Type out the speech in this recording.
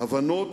הבנות